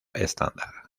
estándar